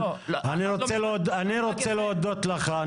אני רוצה להודות לך.